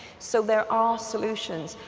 so there are solutions,